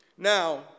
Now